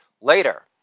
Later